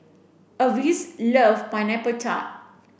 Avis loves pineapple tart